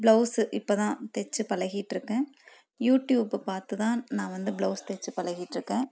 blouse இப்போ தான் தைச்சி பழகிட்ருக்கேன் யூடியூப்பை பார்த்து தான் நான் வந்து ப்ளௌஸ் தைச்சி பழகிட்ருக்கேன்